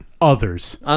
others